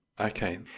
Okay